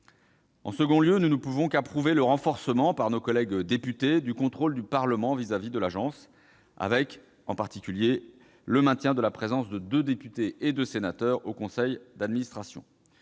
En second lieu, nous ne pouvons qu'approuver le renforcement, par nos collègues députés, du contrôle du Parlement sur l'agence, avec le maintien de la présence de deux députés et de deux sénateurs au conseil d'administration.